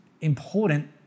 important